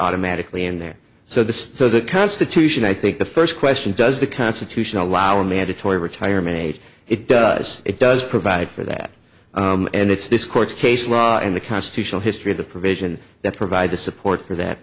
automatically in there so the so the constitution i think the first question does the constitution allow a mandatory retirement age it does it does provide for that and it's this court's case law and the constitutional history of the provision that provide the support for that